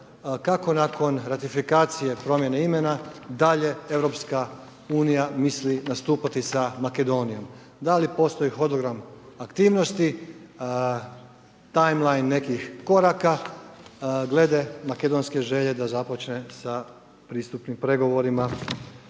kako nakon ratifikacije promjene imena dalje EU misli nastupati sa Makedonijom? Da li postoji hodogram aktivnosti, time line nekih koraka glede makedonske želje da započne sa pristupnim pregovorima